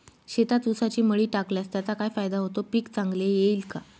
शेतात ऊसाची मळी टाकल्यास त्याचा काय फायदा होतो, पीक चांगले येईल का?